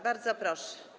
Bardzo proszę.